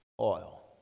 Oil